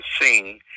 sing